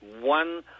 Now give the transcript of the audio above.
one